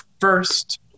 first